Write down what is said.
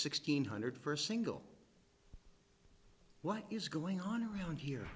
sixteen hundred first single what is going on around here